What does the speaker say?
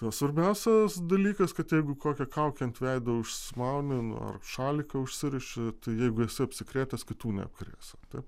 o svarbiausias dalykas kad jeigu kokią kaukę ant veido užsimauni nu ar šaliką užsiriši tai jeigu esi apsikrėtęs kitų neapkrėsi taip